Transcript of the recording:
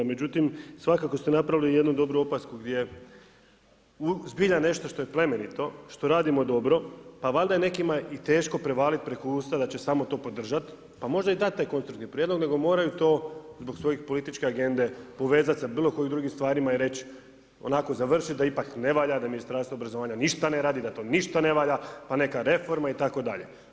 Međutim, svakako ste napravili jednu dobru opasku, gdje je zbilja nešto što je plemenito, što radimo dobro, pa valjda je nekima i teško prevaliti preko usta da će samo to podržati, pa možda dati i taj … prijedlog nego moraju to zbog svoje političke agende povezati sa bilo kojim drugim stvarima i reći onako završiti da ipak ne valja, da Ministarstvo obrazovanja ništa ne radi, da to ništa ne valja, pa neka reforma itd.